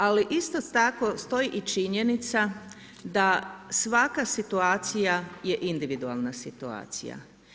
Ali isto tako stoji i činjenica da svaka situacija je individualna situacija.